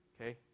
Okay